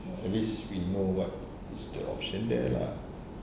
err at least we know what is the option there lah